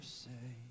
say